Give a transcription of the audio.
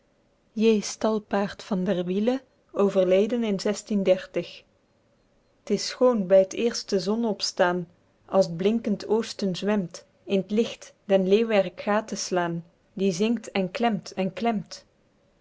j stalpaert van derby in s schoon by t eerste zonne opstaen als t blinkend oosten zwemt in t licht den leeuwerk ga te slaen die zingt en klemt en klemt